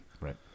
Right